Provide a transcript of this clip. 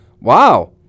Wow